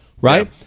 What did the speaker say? right